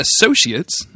associates